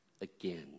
again